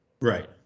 Right